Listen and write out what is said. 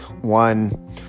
one